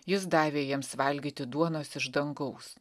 jis davė jiems valgyti duonos iš dangaus